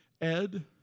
Ed